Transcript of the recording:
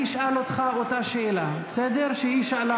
אני אשאל אותך את אותה שאלה שהיא שאלה